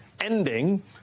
ending